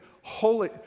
holy